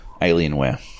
Alienware